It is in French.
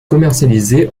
commercialisé